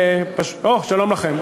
או, שלום לכם.